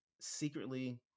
secretly